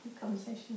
conversation